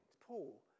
Paul